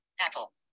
Apple